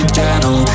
Channel